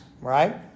right